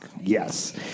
Yes